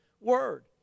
word